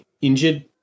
injured